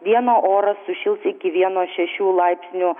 dieną oras sušils iki vieno šešių laipsnių